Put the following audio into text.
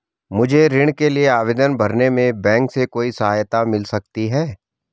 मुझे ऋण के लिए आवेदन भरने में बैंक से कोई सहायता मिल सकती है?